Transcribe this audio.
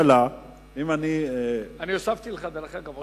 אני הוספתי לך, דרך אגב.